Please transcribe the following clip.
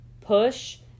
push